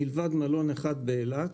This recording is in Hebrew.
מלבד מלון אחד באילת,